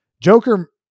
joker